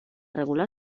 regular